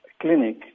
clinic